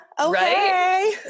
okay